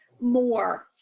more